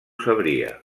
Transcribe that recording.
sabria